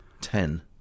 ten